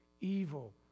evil